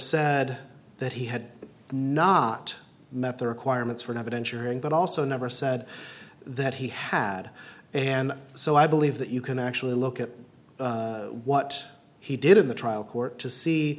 said that he had not met the requirements for not ensuring but also never said that he had and so i believe that you can actually look at what he did in the trial court to see